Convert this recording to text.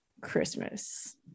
christmas